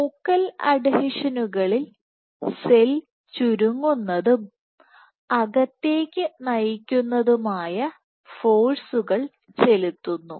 focal അഡ്ഹീഷനുകളിൽ cell ചുരുങ്ങുന്നതും അകത്തേക്ക് നയിക്കുന്നതുമായ ഫോഴ്സുകൾ ചെലുത്തുന്നു